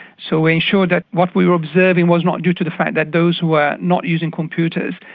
so we ensured that what we were observing was not due to the fact that those were not using computers,